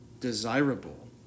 desirable